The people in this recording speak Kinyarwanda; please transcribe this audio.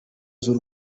z’u